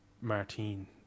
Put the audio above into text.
Martin